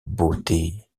beauté